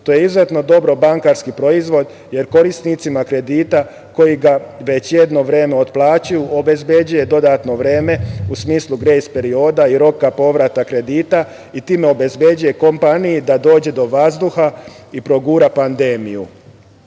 To je izuzetno dobar bankarski proizvod jer korisnicima kredita koji ga već jedno vreme otplaćuju obezbeđuje dodatno vreme u smislu grejs perioda i roka povrata kredita i time obezbeđuje kompaniji da dođe do vazduha i progura pandemiju. Prošle